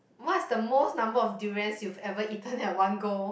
what's the most number of durians you've ever eaten at one go